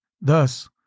Thus